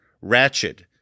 Ratchet